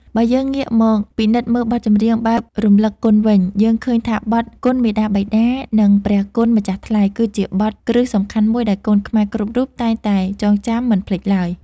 បើយើងងាកមកពិនិត្យមើលបទចម្រៀងបែបរំលឹកគុណវិញ យើងឃើញថាបទ គុណមាតាបិតា និង ព្រះគុណម្ចាស់ថ្លៃ គឺជាបទ គ្រឹះសំខាន់មួយដែលកូនខ្មែរគ្រប់រូបតែងតែចងចាំមិនភ្លេចឡើយ។